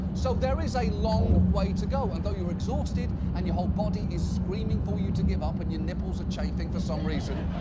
so, there is a long way to go, and though you're exhausted and your whole body is screaming for you to give up, and your nipples are chafing for some reason,